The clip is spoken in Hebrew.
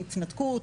התנתקות,